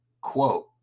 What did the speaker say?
Quote